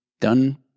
done